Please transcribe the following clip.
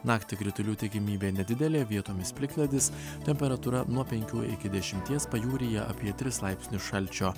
naktį kritulių tikimybė nedidelė vietomis plikledis temperatūra nuo penkių iki dešimties pajūryje apie tris laipsnius šalčio